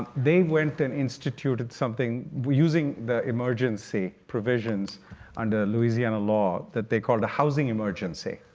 they went and instituted something using the emergency provisions under louisiana law that they called a housing emergency,